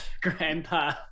Grandpa